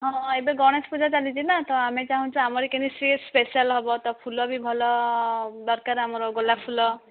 ହଁ ହଁ ଏବେ ଗଣେଶ ପୂଜା ଚାଲିଛି ନା ତ ଆମେ ଚାହୁଁଛୁ ଆମର କେମିତି ସିଏ ସ୍ପେସିଆଲ୍ ହେବ ତ ଫୁଲ ବି ଭଲ ଦରକାର ଆମର ଗୋଲାପ ଫୁଲ